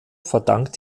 verdankt